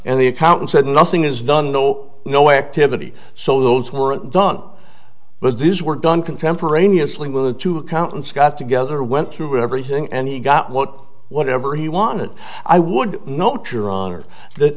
and the accountant said nothing is done no no activity so those weren't done but these were done contemporaneously with the two accountants got together went through everything and he got what whatever he wanted i would note your honor th